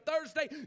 Thursday